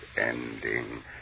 ending